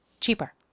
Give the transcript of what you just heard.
cheaper